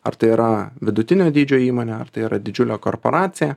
ar tai yra vidutinio dydžio įmonė ar tai yra didžiulė korporacija